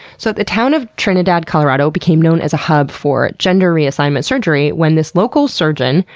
so the town of trinidad, colorado, became known as a hub for gender reassignment surgery when this local surgeon,